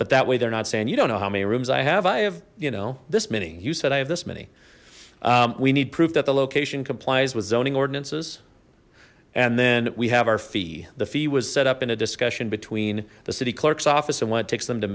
but that way they're not saying you don't know how many rooms i have i have you know this mini you said i have this many we need proof that the location complies with zoning ordinances and then we have our fee the fee was set up in a discussion between the city clerk's office and what it takes them to